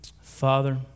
Father